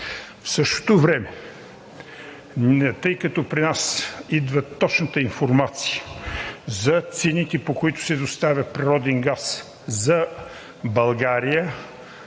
В същото време, тъй като при нас идва точната информация за цените, по които се доставя природен газ за България,